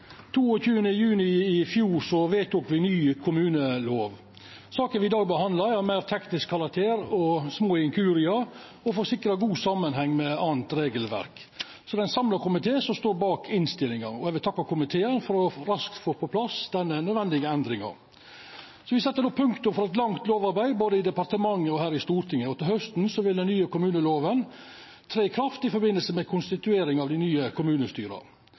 juni i fjor vedtok me ny kommunelov. Saka me i dag behandlar, er av meir teknisk karakter, med retting av små inkuriar og for å sikra god samanheng med anna regelverk. Det er ein samla komité som står bak innstillinga. Eg vil takka komiteen for raskt å få på plass dei nødvendige endringane. Me set dermed punktum for eit langt lovarbeid både i departementet og her i Stortinget. Til hausten vil den nye kommunelova tre i kraft i samband med konstitueringa av dei nye kommunestyra.